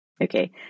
Okay